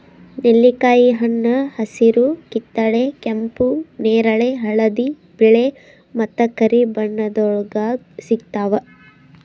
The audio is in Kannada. ನೆಲ್ಲಿಕಾಯಿ ಹಣ್ಣ ಹಸಿರು, ಕಿತ್ತಳೆ, ಕೆಂಪು, ನೇರಳೆ, ಹಳದಿ, ಬಿಳೆ ಮತ್ತ ಕರಿ ಬಣ್ಣಗೊಳ್ದಾಗ್ ಸಿಗ್ತಾವ್